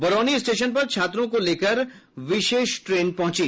Barauni station पर छात्रों को लेकर विशेष ट्रेन पहुंची